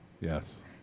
Yes